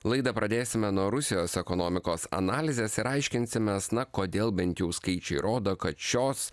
laidą pradėsime nuo rusijos ekonomikos analizės ir aiškinsimės na kodėl bent jau skaičiai rodo kad šios